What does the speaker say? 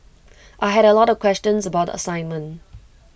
I had A lot of questions about assignment